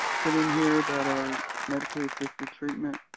put in here about our medically-assisted treatment